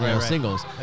singles